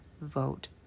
vote